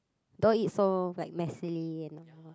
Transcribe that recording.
don't eat so like messily and yeah